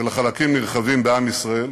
ולחלקים נרחבים בעם ישראל,